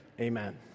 amen